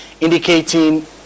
indicating